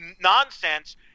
nonsense